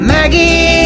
Maggie